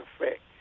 effect